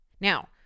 Now